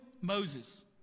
Moses